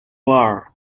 war